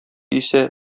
исә